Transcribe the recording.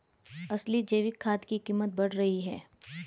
असली जैविक खाद की कीमत बढ़ रही है